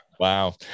wow